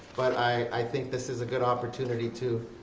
but i think this is a good opportunity to,